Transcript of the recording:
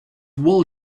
wool